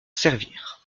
servir